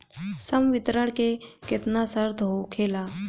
संवितरण के केतना शर्त होखेला?